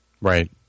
Right